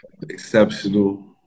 exceptional